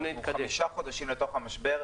אנחנו חמישה חודשים בתוך המשבר,